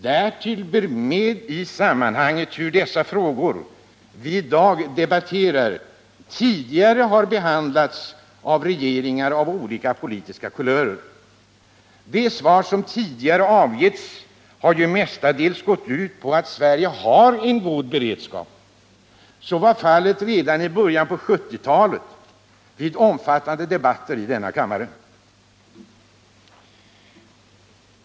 Därtill bör tas med i sammanhanget hur de frågor som vi i dag debatterar tidigare har behandlats av regeringar av olika politiska kulörer. De svar som tidigare avgetts har ju mestadels gått ut på att Sverige har en god beredskap. Så var fallet redan i början av 1970-talet vid omfattande debatter i denna kammare.